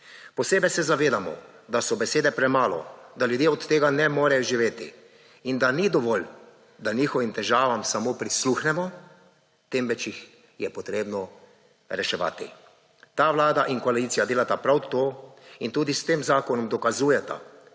Posebej se zavedamo, da so besede premalo, da ljudje od tega ne morejo živeti in da ni dovolj, da njihovim težavam samo prisluhnemo temveč jih je potrebno reševati. Ta Vlada in koalicija delata prav to in tudi s tem zakonom dokazujeta